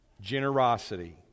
generosity